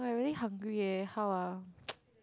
[wah] I really hungry eh how ah